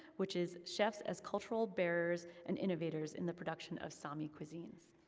which is chefs as cultural bearers and innovators in the production of sami cuisines.